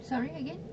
sorry again